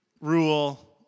rule